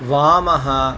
वामः